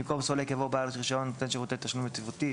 במקום "סולק" יבוא "בעל רישיון נותן שירותי תשלום יציבותי".